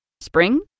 Spring